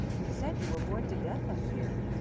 you've said you were bored to death up here.